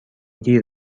گیر